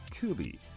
Kubi